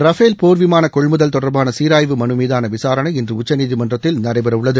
Rafale போர்விமான கொள்முதல் தொடர்பான சீராய்வு மனுமீதான விசாரணை இன்று உச்சநீதிமன்றத்தில் நடைபெறவுள்ளது